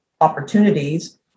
opportunities